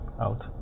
out